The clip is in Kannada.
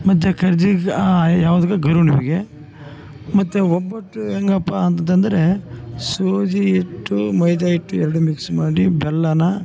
ಮತ್ತು ಕರ್ಜಿಕಾಯಿ ಯಾವ್ದುಕ ಗರುಣ್ಣೆಗೆ ಮತ್ತು ಒಬ್ಬಟ್ಟು ಹೆಂಗಪ್ಪ ಅಂತದಂದರೆ ಸೂಜಿ ಹಿಟ್ಟು ಮೈದ ಹಿಟ್ಟು ಎರಡು ಮಿಕ್ಸ್ ಮಾಡಿ ಬೆಲ್ಲಾನ